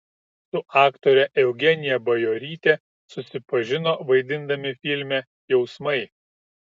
su aktore eugenija bajoryte susipažino vaidindami filme jausmai